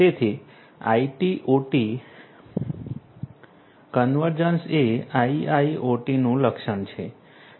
તેથી IT OT convergence એ IIoTનું લક્ષણ છે